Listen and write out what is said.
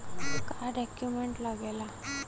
का डॉक्यूमेंट लागेला?